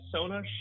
Sona